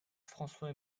françois